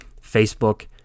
Facebook